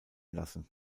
lassen